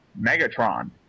Megatron